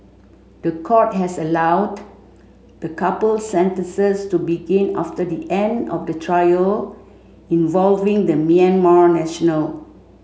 the court has allowed the couple's sentences to begin after the end of the trial involving the Myanmar national